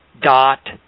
dot